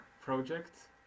project